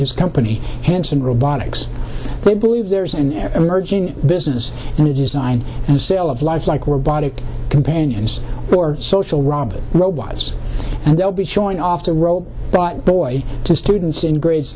his company hanson robotics they believe there is an emerging business in the design and sale of life like we're body companions or social robber robots and they'll be showing off their role but boy to students in grades